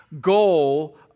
goal